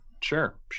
Sure